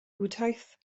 bwdhaeth